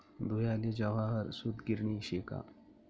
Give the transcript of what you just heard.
धुयाले जवाहर सूतगिरणी शे का